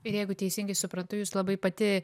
ir jeigu teisingai suprantu jūs labai pati